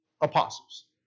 apostles